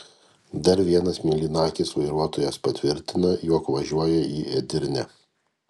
dar vienas mėlynakis vairuotojas patvirtina jog važiuoja į edirnę